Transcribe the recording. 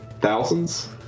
thousands